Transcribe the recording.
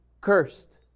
cursed